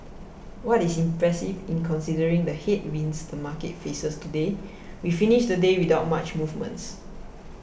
what is impressive is considering the headwinds the market faces today we finished the day without much movements